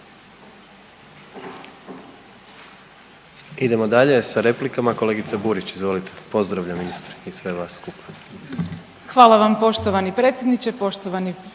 Idemo dalje sa replikama, kolega Burić, izvolite. Pozdravljam ministra i sve vas skupa. **Burić, Majda (HDZ)** Hvala vam poštovani predsjedniče. Poštovani